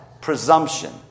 presumption